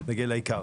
אגיע לעיקר.